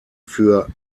für